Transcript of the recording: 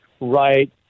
right